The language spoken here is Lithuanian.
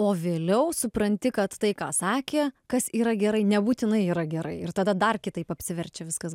o vėliau supranti kad tai ką sakė kas yra gerai nebūtinai yra gerai ir tada dar kitaip apsiverčia viskas